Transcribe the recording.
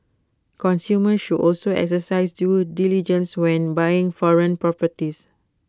consumers should also exercise due diligence when buying foreign properties